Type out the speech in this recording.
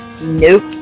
Nope